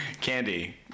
Candy